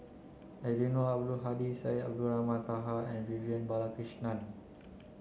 Eddino Abdul Hadi Syed Abdulrahman Taha and Vivian Balakrishnan